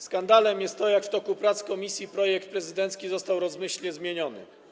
Skandalem jest to, jak w toku prac komisji projekt prezydencki został rozmyślnie zmieniony.